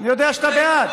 אני יודע שאתה בעד.